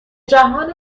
جهان